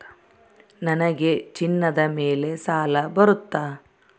ನನಗೆ ಚಿನ್ನದ ಮೇಲೆ ಸಾಲ ಬರುತ್ತಾ?